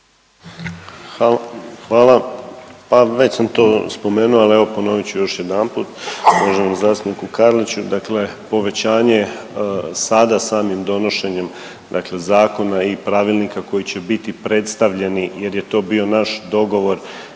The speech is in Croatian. Hvala. Pa već sam to spomenuo, ali evo ponovit ću još jedanput da kažem zastupniku Karliću, dakle povećanje sada samim donošenjem dakle zakona i pravilnika koji će biti predstavljeni jer je to bio naš dogovor